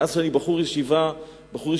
מאז שאני בחור ישיבת הסדר,